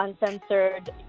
Uncensored